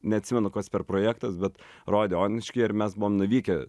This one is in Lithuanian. neatsimenu kas per projektas bet rodė onuškyje ir mes buvome nuvykę